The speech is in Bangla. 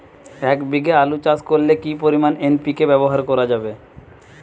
এক বিঘে আলু চাষ করলে কি পরিমাণ এন.পি.কে ব্যবহার করা যাবে?